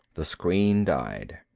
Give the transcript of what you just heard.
the screen died.